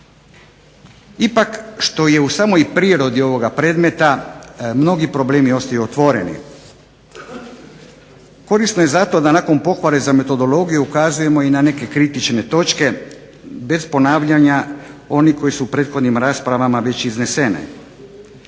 Ipak što je u samoj prirodi ovoga predmeta mnogi problemi ostaju otvoreni. Korisno je zato da nakon pohvale za metodologiju ukazujemo i na neke kritične točke bez ponavljanja onih koji su u prethodnim raspravama već iznesene,